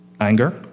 Anger